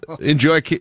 enjoy